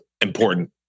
important